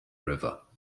river